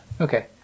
Okay